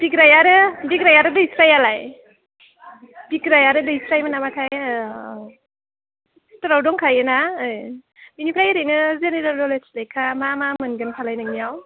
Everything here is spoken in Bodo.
बिग्राय आरो बिग्राय आरो दैस्राइयालाय बिग्राय आरो दैस्रायमोन नामाथाइ स्ट'राव दंखायोना बेनिफ्राय ओरैनो जेनेरेल नलेड्ज लेखा मा मा मोनगोन फालाय नोंनियाव